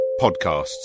podcasts